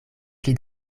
pli